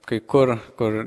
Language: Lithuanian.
kai kur kur